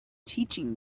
teaching